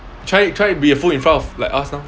try try be a fool in front of like us lah